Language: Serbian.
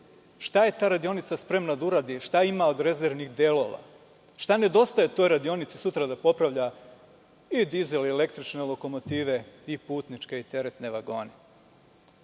šta je ta radionica spremna da uradi i šta ima od rezervnih delova, šta nedostaje toj radionici sutra da popravlja i dizel i električne lokomotive i putničke i teretne vagone? Da